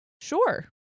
sure